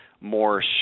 more